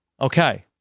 Okay